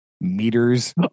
meters